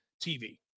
TV